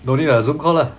no need lah zoom call lah